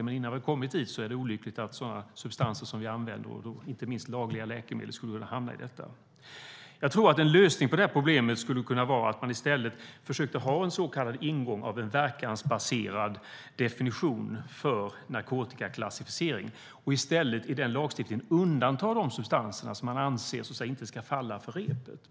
Men innan vi har kommit dit är det olyckligt att sådana substanser som vi använder, inte minst lagliga läkemedel, skulle kunna omfattas av detta. Jag tror att en lösning på problemet skulle kunna vara att man försökte ha en så kallade ingång av en verkansbaserad definition för narkotikaklassificering och i den lagstiftningen undantog de substanser som man anser inte ska falla på repet.